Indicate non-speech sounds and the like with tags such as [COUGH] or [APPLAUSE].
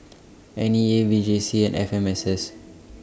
[NOISE] N E A V J C and F M S S